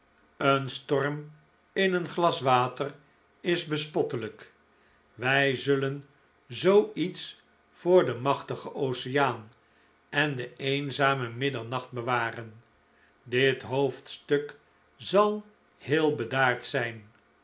een storm in een glas water is bespottelijk wij zullen zoo iets voor den machtigen oceaan en den eenzamen middernacht bewaren dit hoofdstuk zal heel bedaard zijn